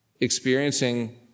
experiencing